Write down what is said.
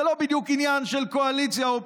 זה לא בדיוק עניין של קואליציה-אופוזיציה,